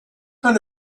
kind